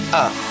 up